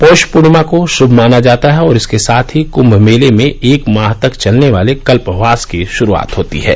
पौष पूर्णिमा को शुभ माना जाता है और इसके साथ ही कुंम मेले में एक माह तक चलने वाले कल्पवास की श्रूआत होती है